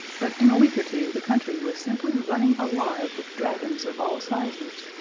but in a week or two the country was simply running alive with dragons of all sizes,